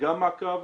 גם מעקב.